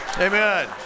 amen